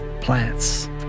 Plants